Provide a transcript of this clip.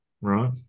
right